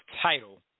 title